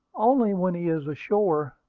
only when he is ashore.